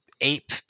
ape